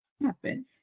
happen